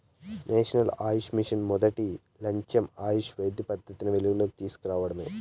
national Ayush mission మొదటి లచ్చెం ఆయుష్ వైద్య పద్దతిని వెలుగులోనికి తీస్కు రావడమే